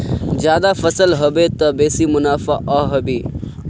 ज्यादा फसल ह बे त बेसी मुनाफाओ ह बे